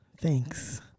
Thanks